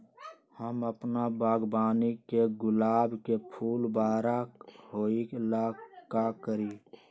हम अपना बागवानी के गुलाब के फूल बारा होय ला का करी?